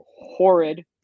horrid